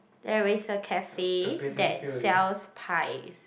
there is a cafe that sells pies